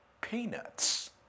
peanuts